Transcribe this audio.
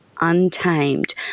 Untamed